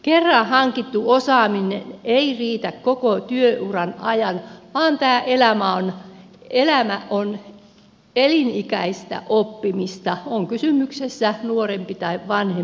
kerran hankittu osaaminen ei riitä koko työuran ajan vaan tämä elämä on elinikäistä oppimista on kysymyksessä nuorempi tai vanhempi ihminen